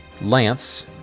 Lance